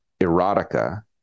erotica